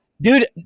Dude